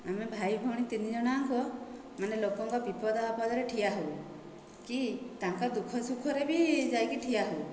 ଆମେ ଭାଇ ଭଉଣୀ ତିନି ଜଣ ଯାକ ମାନେ ଲୋକଙ୍କ ବିପଦ ଆପଦରେ ଠିଆ ହେଉ କି ତାଙ୍କ ଦୁଃଖ ସୁଖରେ ବି ଯାଇକି ଠିଆ ହେଉ